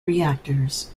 reactors